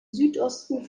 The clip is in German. südosten